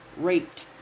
raped